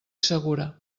segura